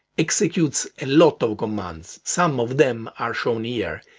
executes a lot of commands, some of them are shown here.